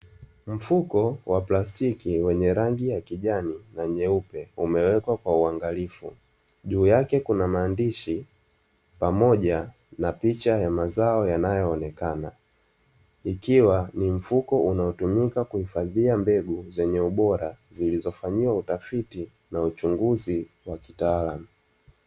Mfuko wa plastiki wenye rangi ya kijani na nyeupe, umewekwa kwa uangalifu, juu yake kuna maandishi pamoja na picha ya mazao yanayonekana, ikiwa ni mfuko unaotumika kuhifadhia mbegu zennye ubora zilizofanyiwa utafitoi na uchunguzi wa kitaalamu.